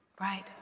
Right